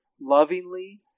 lovingly